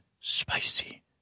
Spicy